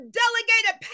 delegated